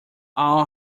all